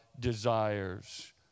desires